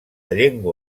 llengua